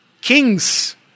Kings